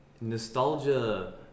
nostalgia